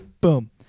Boom